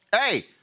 Hey